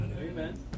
Amen